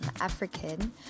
African